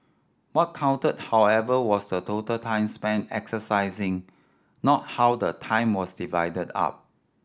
what counted however was the total time spent exercising not how the time was divided up